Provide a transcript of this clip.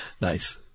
Nice